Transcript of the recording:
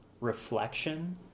reflection